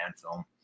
film